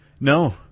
No